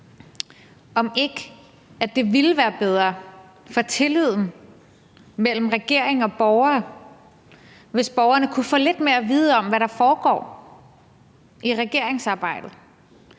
om ikke det ville være bedre for tilliden mellem regering og borgere, hvis borgerne kunne få lidt mere at vide om, hvad der foregår i regeringsarbejdet.